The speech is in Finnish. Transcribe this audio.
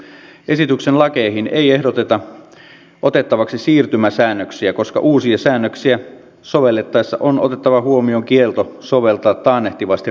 esityksen lakeihin ei ehdoteta otettavaksi siirtymäsäännöksiä koska uusia säännöksiä sovellettaessa on otettava huomioon kielto soveltaa taannehtivasti rikoslakia